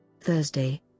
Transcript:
Thursday